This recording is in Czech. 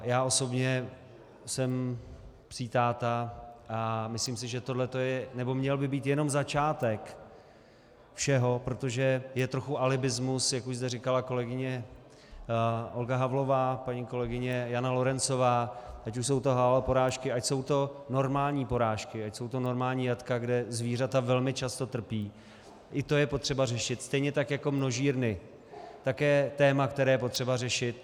Já osobně jsem psí táta a myslím si, že tohle to by měl být jenom začátek všeho, protože je trochu alibismus, jak už zde říkala kolegyně Olga Havlová, paní kolegyně Jana Lorencová, ať už jsou to halal porážky, ať jsou to normální porážky, ať jsou to normální jatka, kde zvířata velmi často trpí, i to je potřeba řešit, stejně tak jako množírny, také téma, které je potřeba řešit.